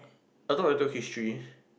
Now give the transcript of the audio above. I thought we talk history